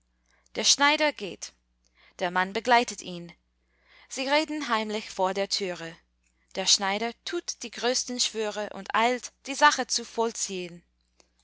der schneider geht der mann begleitet ihn sie reden heimlich vor der türe der schneider tut die größten schwüre und eilt die sache zu vollziehn